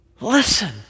Listen